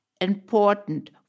Important